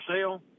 sale